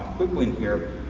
quick one here,